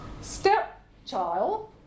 stepchild